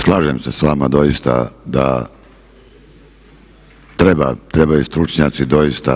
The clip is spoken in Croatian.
Slažem se sa vama doista da treba, trebaju stručnjaci doista.